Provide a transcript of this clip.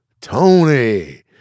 Tony